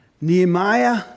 Nehemiah